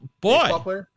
Boy